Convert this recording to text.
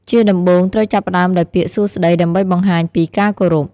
ជាដំបូង ត្រូវចាប់ផ្ដើមដោយពាក្យ "សួស្ដី" ដើម្បីបង្ហាញពីការគោរព។